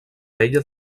vella